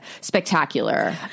spectacular